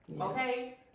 Okay